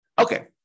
Okay